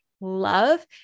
love